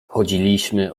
chodziliśmy